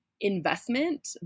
investment